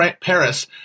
Paris